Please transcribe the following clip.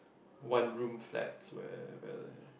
one room flats where where the